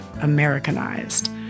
Americanized